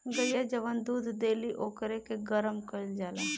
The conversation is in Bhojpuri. गइया जवन दूध देली ओकरे के गरम कईल जाला